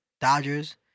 Dodgers